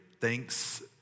thanks